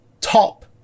top